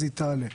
החקיקה תעלה.